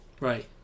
Right